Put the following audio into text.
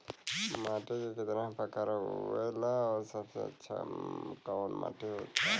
माटी के कितना प्रकार आवेला और सबसे अच्छा कवन माटी होता?